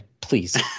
please